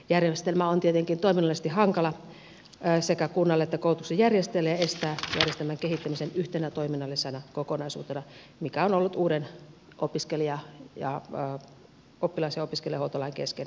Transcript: järjestelmä on tietenkin toiminnallisesti hankala sekä kunnalle että koulutuksen järjestäjälle ja estää järjestelmän kehittämisen yhtenä toiminnallisena kokonaisuutena mikä on ollut uuden oppilas ja opiskelijahuoltolain keskeinen tavoite